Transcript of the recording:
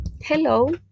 hello